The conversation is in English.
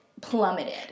plummeted